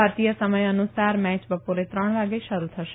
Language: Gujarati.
ભારતીય સમય અનુસાર મેચ બપોરે ત્રણ વાગે શરૂ થશે